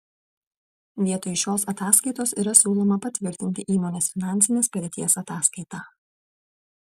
vietoj šios ataskaitos yra siūloma patvirtinti įmonės finansinės padėties ataskaitą